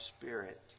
spirit